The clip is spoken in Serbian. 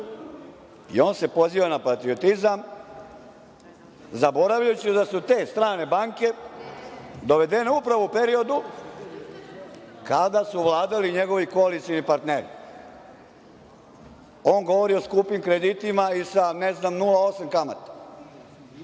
On se poziva na patriotizam, zaboravljajući da su te strane banke dovedene upravo u periodu kada su vladali njegovi koalicioni partneri. On govori o skupim kreditima i sa, ne znam, 0,8 kamate.